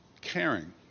caring